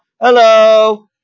Hello